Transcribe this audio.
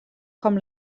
com